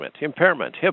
impairment